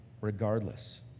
regardless